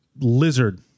lizard